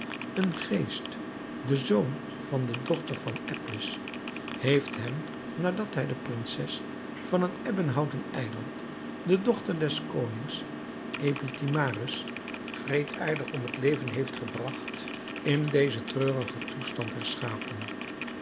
een geest de zoon van de dochter van eblis heeft hem nadat hij de prinses van het ebbenhouten eiland de dochter des konings epitimarus wreedaardig om het leven heeft gebragt in dezen treurigen toestand herschapen